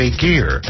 gear